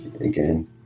again